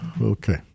okay